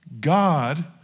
God